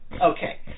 Okay